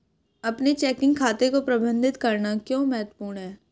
अपने चेकिंग खाते को प्रबंधित करना क्यों महत्वपूर्ण है?